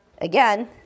again